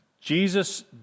Jesus